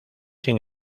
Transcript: sin